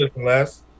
less